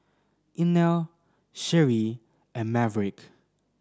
Inell Sheree and Maverick